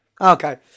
Okay